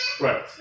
Right